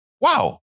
Wow